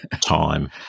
Time